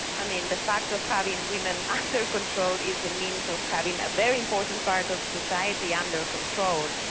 i mean the fact of having women under control is a means of having a very important part of society under control.